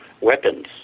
weapons